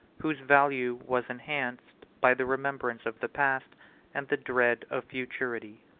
whose value was enhanced by the remembrance of the past and the dread of futurity.